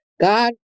God